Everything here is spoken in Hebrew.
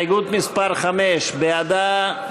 הסתייגות מס' 5, בעדה,